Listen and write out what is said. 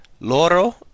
loro